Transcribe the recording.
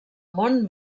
món